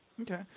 Okay